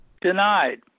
denied